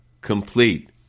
complete